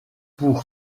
pour